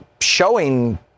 showing